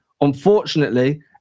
unfortunately